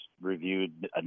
reviewed